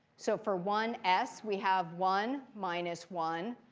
so for one s we have one minus one.